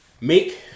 Make